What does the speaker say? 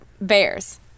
bears